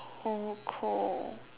so cold